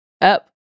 Up